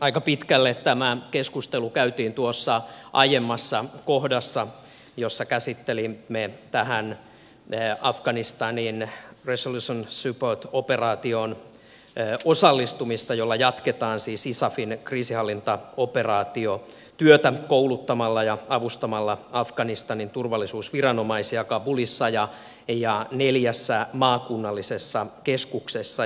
aika pitkälle tämä keskustelu käytiin tuossa aiemmassa kohdassa jossa käsittelimme tähän afganistanin resolution support operaatioon osallistumista jolla jatketaan siis isafin kriisinhallintaoperaatiotyötä kouluttamalla ja avustamalla afganistanin turvallisuusviranomaisia kabulissa ja neljässä maakunnallisessa keskuksessa